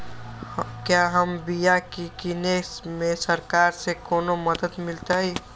क्या हम बिया की किने में सरकार से कोनो मदद मिलतई?